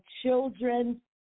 children